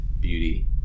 beauty